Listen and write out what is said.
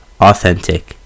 Authentic